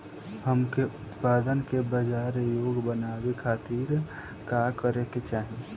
हमके उत्पाद के बाजार योग्य बनावे खातिर का करे के चाहीं?